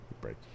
Break